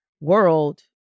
world